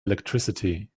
electricity